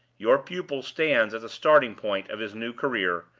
your pupil stands at the starting-point of his new career,